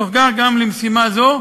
ובתוך כך גם למשימה זו.